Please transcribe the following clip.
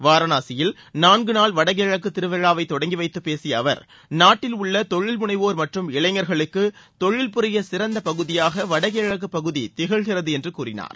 வாரணாசியில் நான்கு நாள் வடகிழக்கு திருவிழாவை தொடங்கி வைத்துப் பேசிய அவர் நாட்டில் உள்ள தொழில் முனைவோர் மற்றும் இளைஞர்களுக்கு தொழிவ்பரிய சிறந்த பகுதியாக வடகிழக்கு பகுதி திகழ்கிறது என்று கூறினார்